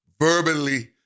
Verbally